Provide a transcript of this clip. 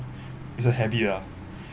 it's a habit lah